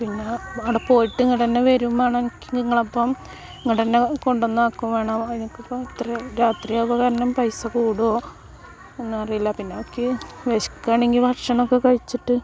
പിന്നെ അവിടെ പോയിട്ട് ഇങ്ങോട്ട് തന്നെ വരികയും വേണം നിങ്ങളൊപ്പം ഇങ്ങോട്ടുതന്നെ കൊണ്ടുവന്ന് ആക്കുകയും വേണം അതിനൊക്കെ ഇപ്പോൾ ഇത്രയും രാത്രി ആവുമോ കാരണം പൈസ കൂടുമോ എന്നറിയില്ല പിന്നെ എനിക്ക് വിശക്കുകയാണെങ്കിൽ ഭക്ഷണമൊക്കെ കഴിച്ചിട്ട്